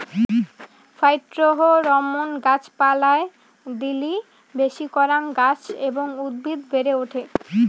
phytohormone গাছ পালায় দিলি বেশি করাং গাছ এবং উদ্ভিদ বেড়ে ওঠে